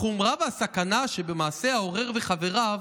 החומרה והסכנה שבמעשה העורר וחבריו